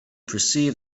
perceived